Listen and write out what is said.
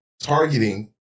targeting